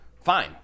fine